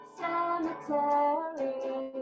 cemetery